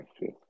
Yes